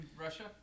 Russia